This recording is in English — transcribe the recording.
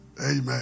Amen